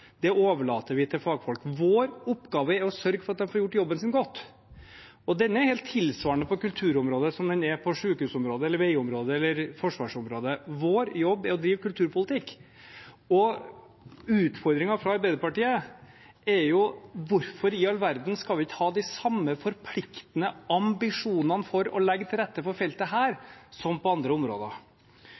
Det overlater vi til fagfolk. Vår oppgave er å sørge for at de får gjort jobben sin godt. Denne er tilsvarende på kulturområdet som den er på sykehusområdet, veiområdet eller forsvarsområdet – vår jobb er å drive kulturpolitikk. Utfordringen fra Arbeiderpartiet er hvorfor i all verden vi ikke skal ha de samme forpliktende ambisjonene for å legge til rette på dette feltet som på andre områder.